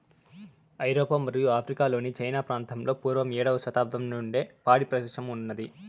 ఐరోపా మరియు ఆఫ్రికా లోని చానా ప్రాంతాలలో పూర్వం ఏడవ శతాబ్దం నుండే పాడి పరిశ్రమ ఉన్నాది